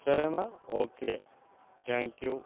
సరేనా okay thank you